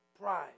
Pride